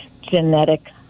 genetic